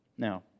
Now